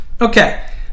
Okay